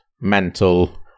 mental